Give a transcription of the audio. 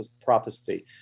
prophecy